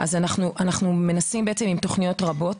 אז אנחנו מנסים לפעול בתוכניות רבות.